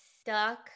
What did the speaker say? stuck